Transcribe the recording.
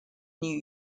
new